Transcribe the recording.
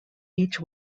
each